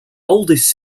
oldest